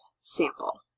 sample